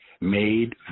made